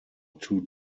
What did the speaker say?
two